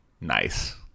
nice